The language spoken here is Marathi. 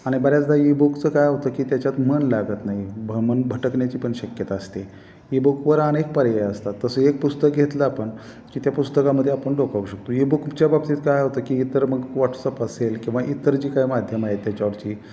आणि बऱ्याचदा ईबुकचं काय होतं की त्याच्यात मन लागत नाही मन भटकण्याची पण शक्यता असते ईबुकवर अनेक पर्याय असतात तसं एक पुस्तक घेतलं आपण की त्या पुस्तकामध्ये आपण डोकवू शकतो इबुकच्या बाबतीत काय होतं की इतर मग व्हॉट्सअप असेल किंवा इतर जी काय माध्यमं आहे त्याच्यावरची